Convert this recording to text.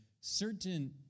certain